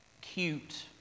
cute